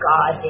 God